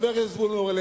חבר הכנסת אורלב,